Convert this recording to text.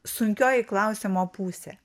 sunkioji klausimo pusė